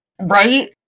Right